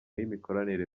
y’imikoranire